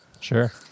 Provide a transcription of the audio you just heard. Sure